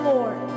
Lord